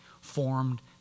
formed